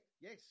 Yes